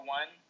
one